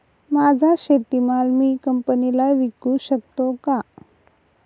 माझा शेतीमाल मी कंपनीला विकू शकतो का?